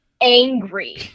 angry